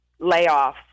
layoffs